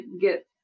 get